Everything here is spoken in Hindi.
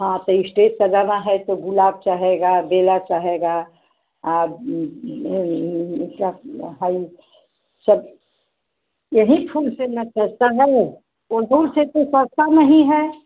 हाँ तो इस्टेज सजाना है तो गुलाब चाहेगा बेला चाहेगा आ सब हई सब यही फूल से ना सजता है ओढ़हूल से तो सजता नहीं है